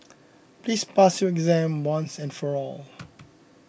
please pass your exam once and for all